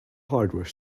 hardware